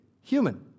human